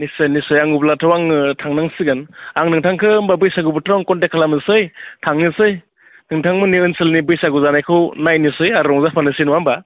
निस्सय निस्सय अब्लाथ' आङो थांनांसिगोन आं नोंथांखो होनबा बैसागु बोथोराव कन्टेक्ट खालामनोसै थांनोसै नोंथांमोननि ओनसोलनि बैसागु जानायखौ नायनोसै आरो रंजा फानोसै नङा होनबा